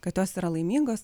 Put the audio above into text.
kad jos yra laimingos